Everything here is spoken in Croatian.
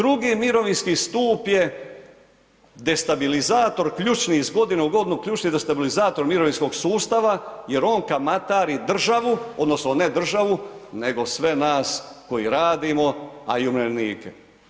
Drugi mirovinski stup je destabilizator ključni iz godine u godinu ključni destabilizator mirovinskog sustava jer on kamatari državu odnosno ne državu nego sve nas koji radimo, a i umirovljenike.